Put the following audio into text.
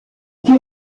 que